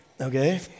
okay